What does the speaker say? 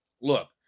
look